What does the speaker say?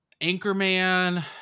Anchorman